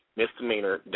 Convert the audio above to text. misdemeanor